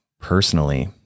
personally